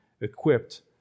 equipped